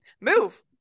move